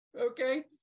Okay